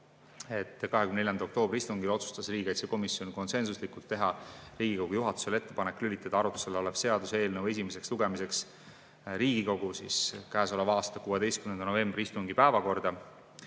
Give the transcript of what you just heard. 24. oktoobri istungil tegi riigikaitsekomisjon konsensusliku otsuse teha Riigikogu juhatusele ettepanek lülitada arutlusel olev seaduseelnõu esimeseks lugemiseks Riigikogu käesoleva aasta 16. novembri istungi päevakorda